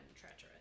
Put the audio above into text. treacherous